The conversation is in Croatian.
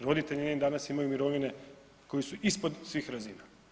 Roditelji njeni danas imaju mirovine koje su ispod svih razina.